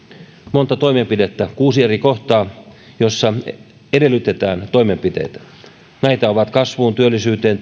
monta toimenpidettä kuusi eri kohtaa joissa edellytetään toimenpiteitä näitä ovat kasvuun työllisyyteen